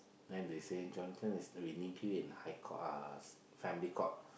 then they say Jonathan is that we need you in High-Court uh Family-Court